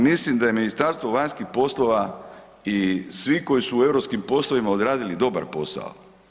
Mislim da je Ministarstvo vanjskih poslova i svi koji su u europskim poslovima odradili dobar posao.